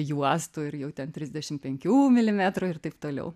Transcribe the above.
juostų ir jau ten trisdešimt penkių milimetrų ir taip toliau